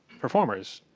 performers,